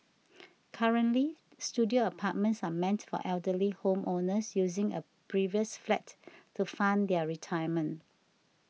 currently studio apartments are meant for elderly home owners using a previous flat to fund their retirement